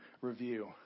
review